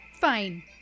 Fine